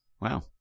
Wow